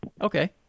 Okay